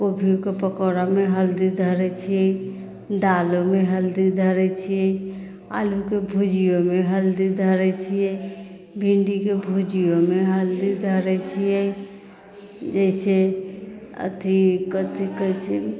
कोबीयोके पकौड़ामे हल्दी धरैत छियै दालोमे हल्दी धरैत छियै आलूके भुजियोमे हल्दी धरैत छियै भिन्डीके भुजियोमे हल्दी धरैत छियै जाहि से अथी कथी कहैत छै